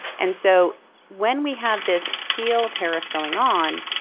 and so when we have this steel tariff going on,